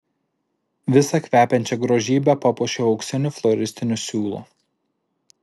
visą kvepiančią grožybę papuošiau auksiniu floristiniu siūlu